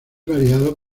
variado